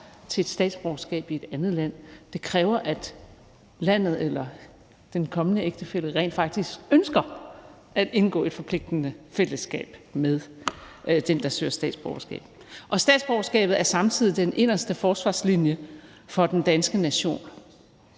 til et statsborgerskab i et andet land. Det kræver, at landet eller den kommende ægtefælle rent faktisk ønsker at indgå et forpligtende fællesskab med den, der søger statsborgerskab, eller med den, der vil giftes. Og statsborgerskabet er samtidig den inderste forsvarslinje for den danske nation.